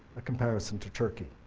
a comparison to turkey.